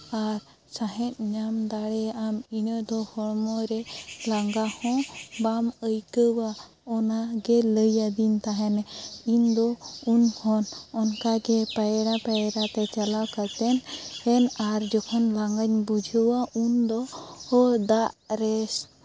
ᱟᱨ ᱥᱟᱦᱮᱸᱫ ᱧᱟᱢ ᱫᱟᱲᱮᱭᱟᱜ ᱟᱢ ᱤᱱᱟᱹ ᱫᱚ ᱦᱚᱲᱢᱚ ᱨᱮ ᱞᱟᱸᱜᱟ ᱦᱚᱸ ᱵᱟᱢ ᱟᱹᱭᱠᱟᱹᱣᱟ ᱚᱱᱟᱜᱮ ᱞᱟᱹᱭ ᱟᱹᱫᱤᱧ ᱛᱟᱦᱮᱱᱮ ᱤᱧᱫᱚ ᱤᱧᱦᱚᱸ ᱚᱱᱠᱟ ᱜᱮ ᱯᱟᱭᱨᱟ ᱯᱟᱭᱨᱟ ᱛᱮ ᱪᱟᱞᱟᱣ ᱠᱟᱛᱮ ᱥᱮᱱ ᱟᱨ ᱡᱚᱠᱷᱚᱱ ᱞᱟᱸᱜᱟᱧ ᱵᱩᱡᱷᱟᱹᱣᱟ ᱩᱱᱫᱚ ᱫᱟᱜ ᱨᱮ